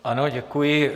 Ano, děkuji.